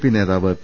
P നേതാവ് P